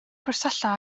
gwersylla